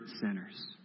sinners